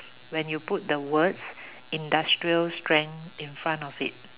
when you put the words industrial strength in front of it